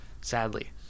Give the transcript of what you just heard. Sadly